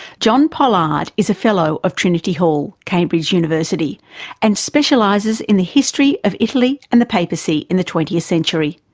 john pollard is a fellow of trinity hall, cambridge university and specialises in the history of italy and the papacy in the twentieth century.